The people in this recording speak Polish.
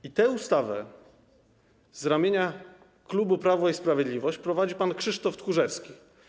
I tę ustawę z ramienia klubu Prawo i Sprawiedliwość prowadzi pan Krzysztof Tchórzewski.